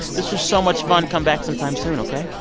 this was so much fun. come back sometime soon, ok?